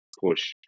push